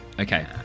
Okay